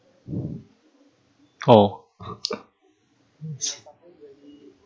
oh